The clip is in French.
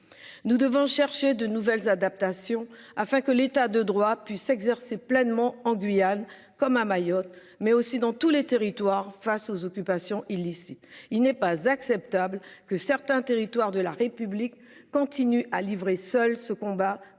Nous devons chercher de nouvelles adaptations afin que l'état de droit puisse exercer pleinement en Guyane comme à Mayotte, mais aussi dans tous les territoires face aux occupations illicites. Il n'est pas acceptable que certains territoires de la République continue à livrer. Seul ce combat